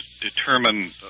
determine